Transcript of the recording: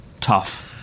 tough